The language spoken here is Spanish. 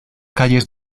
calles